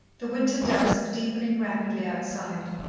the winter dusk deepening rapidly outside,